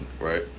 right